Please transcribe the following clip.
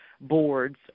boards